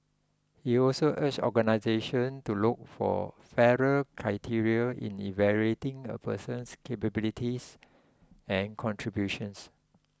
he also urged organisations to look for fairer criteria in evaluating a person's capabilities and contributions